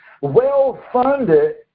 well-funded